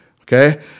Okay